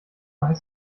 heißt